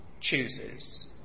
chooses